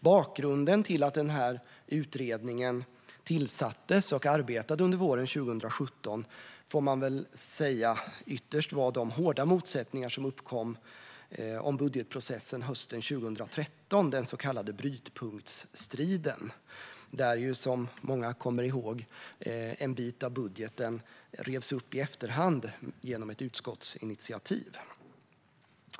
Bakgrunden till att utredningen tillsattes och arbetade under våren 2017 var ytterst de hårda motsättningar som uppkom om budgetprocessen hösten 2013, den så kallade brytpunktsstriden. Som många kommer ihåg revs en bit av budgeten i efterhand upp genom ett utskottsinitiativ.